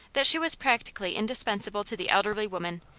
that she was practically indispensable to the elderly woman,